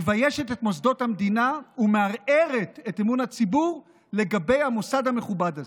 מביישת את מוסדות המדינה ומערערת את אמון הציבור לגבי המוסד המכובד הזה.